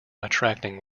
attracting